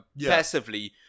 passively